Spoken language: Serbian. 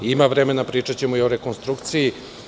Ima vremena, pričaćemo i o rekonstrukciji.